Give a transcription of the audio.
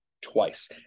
twice